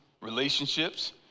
relationships